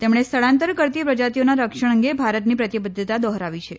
તેમણે સ્થળાંતર કરતી પ્રજાતીઓના રક્ષણ અંગે ભારતની પ્રતિબદ્ધતા દોહરાવી છે